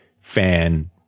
fan